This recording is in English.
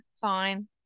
fine